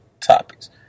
topics